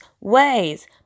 ways